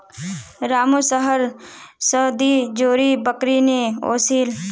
रामू शहर स दी जोड़ी बकरी ने ओसील